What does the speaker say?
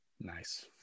Nice